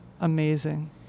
amazing